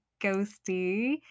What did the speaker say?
ghosty